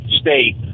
state